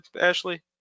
Ashley